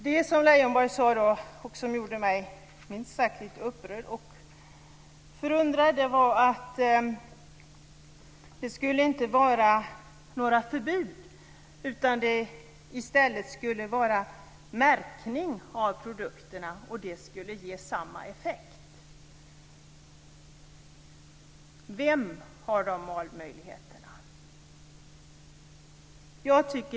Det som Leijonborg sade och som gjorde mig särskilt upprörd var att det inte skulle finnas några förbud. I stället skulle man ha märkning av produkter, vilket skulle ge samma effekt. Vem har dessa valmöjligheter?